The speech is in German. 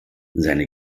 seine